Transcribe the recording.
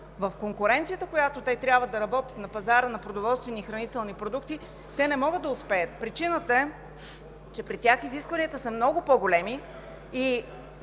в конкуренцията, в която те трябва да работят на пазара на продоволствени и хранителни продукти, не могат да успеят. Причината е, че при тях изискванията са много по-големи и